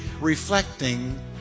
reflecting